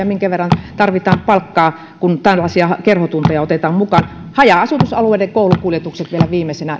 minkä verran tarvitaan palkkaa kun tällaisia kerhotunteja otetaan mukaan haja asutusalueiden koulukuljetukset vielä viimeisenä